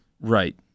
Right